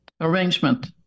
arrangement